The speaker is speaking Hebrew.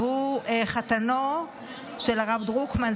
שהוא חתנו של הרב דרוקמן,